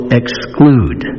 exclude